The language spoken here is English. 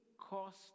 cost